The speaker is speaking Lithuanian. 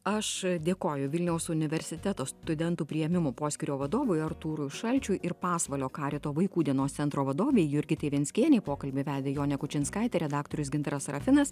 aš dėkoju vilniaus universiteto studentų priėmimo poskyrio vadovui artūrui šalčiui ir pasvalio karito vaikų dienos centro vadovei jurgitai venckienei pokalbį vedė jonė kučinskaitė redaktorius gintaras serafinas